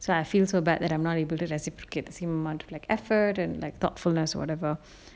so I feel so bad that I'm not able to reciprocate the same amount of effort and like thoughtfulness whatever